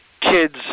kids